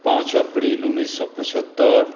पाँच अप्रैल उन्नैस सए पचहत्तरि